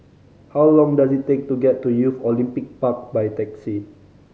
how long does it take to get to Youth Olympic Park by taxi